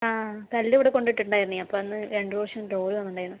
ആ കല്ലിവിടെ കൊണ്ടിട്ടിട്ടുണ്ടായിരുന്നേ അപ്പോൾ അന്ന് രണ്ടുവർഷം